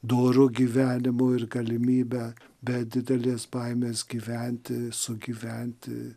doru gyvenimu ir galimybe be didelės baimės gyventi sugyventi